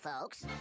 folks